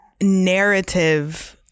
narrative